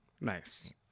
nice